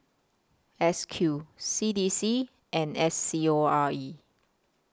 S Q C D C and S C O R E